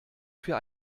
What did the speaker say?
für